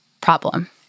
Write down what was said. problem